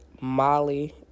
Molly